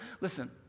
Listen